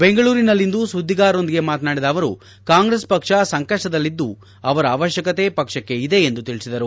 ಬೆಂಗಳೂರಿನಲ್ಲಿಂದು ಸುದ್ದಿಗಾರರೊಂದಿಗೆ ಮಾತನಾಡಿದ ಅವರು ಕಾಂಗ್ರೆಸ್ ಪಕ್ಷ ಸಂಕಷ್ಟದಲ್ಲಿದ್ದು ಅವರ ಅವಶ್ಲಕತೆ ಪಕ್ಷಕ್ಕೆ ಇದೆ ಎಂದು ತಿಳಿಸಿದರು